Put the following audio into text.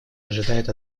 ожидает